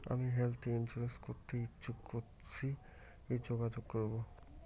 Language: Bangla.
আমি হেলথ ইন্সুরেন্স করতে ইচ্ছুক কথসি যোগাযোগ করবো?